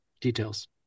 details